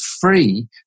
free